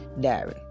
Diary